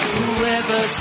Whoever